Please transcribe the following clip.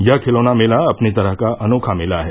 यह खिलौना मेला अपनी तरह का अनोखा मेला है